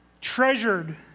treasured